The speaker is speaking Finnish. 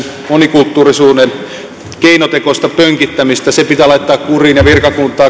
monikulttuurisuuden keinotekoinen pönkittäminen pitää laittaa kuriin ja virkakuntaa